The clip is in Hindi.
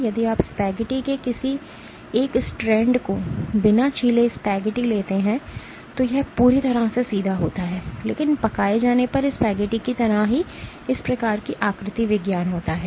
यदि आप स्पेगेटी के किसी एक स्ट्रैंड को बिना छीले स्पेगेटी लेते हैं तो यह पूरी तरह से सीधा होता है लेकिन पकाए जाने पर स्पैगेटी की तरह ही इस प्रकार की आकृति विज्ञान होता है